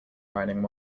riding